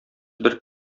бер